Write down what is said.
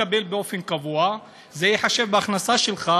לקבל באופן קבוע זה ייחשב בהכנסה שלך,